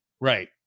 Right